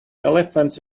elephants